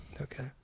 Okay